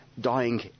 dying